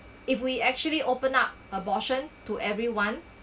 if we actually open up abortion to everyone